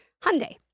Hyundai